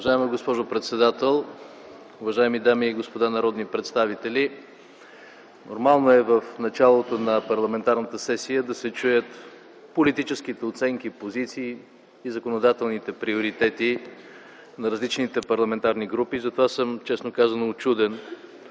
Уважаема госпожо председател, уважаеми дами и господа народни представители! Нормално е в началото на парламентарната сесия да се чуят политическите оценки, позициите и законодателните приоритети на различните парламентарни групи. Затова съм, честно казано, учуден,